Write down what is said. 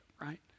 right